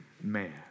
man